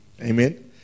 Amen